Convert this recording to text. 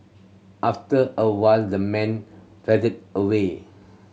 after a while the man faded away